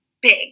big